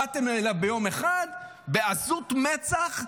באתם אליו ביום אחד, בעזות מצח,